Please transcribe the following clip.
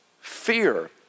fear